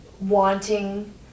wanting